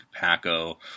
Paco